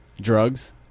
Drugs